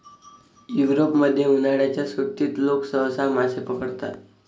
युरोपमध्ये, उन्हाळ्याच्या सुट्टीत लोक सहसा मासे पकडतात